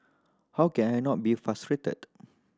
how can I not be frustrated